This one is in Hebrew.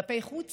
כלפי חוץ